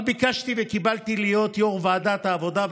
אבל ביקשתי וקיבלתי להיות יו"ר ועדת העבודה,